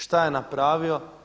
Šta je napravio?